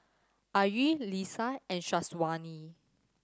Ayu Lisa and Syazwani